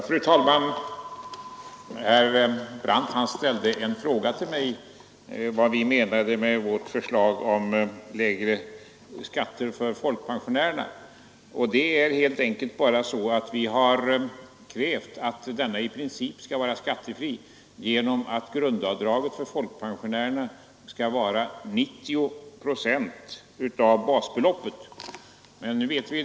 Fru talman! Herr Brandt ställde frågan till mig, vad vi menar med vårt förslag om lägre skatter för folkpensionärerna. Vi har krävt att folkpensionen i princip skall vara skattefri genom att grundavdraget för folkpensionärerna skall vara 90 procent av basbeloppet.